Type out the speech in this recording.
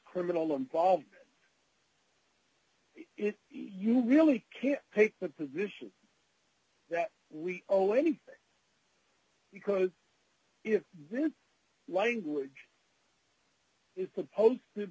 criminal involved if you really can't take the position that we owe anything because if this language is supposed to